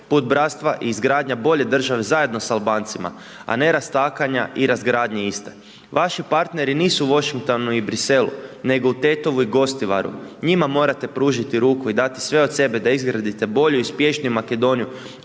put bratstva i izgradnje bolje države, zajedno sa Albancima, a ne rastakanja i razgradnje je iste. Vaši partneri nisu u Washingtonu i Bruxellesu, nego u Tetovu i Gostivaru, njima morate pružiti ruku i dati sve od sebe da izradite bolju i uspješniju Makedoniju,